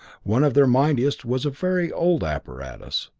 one of their mightiest was a very old apparatus,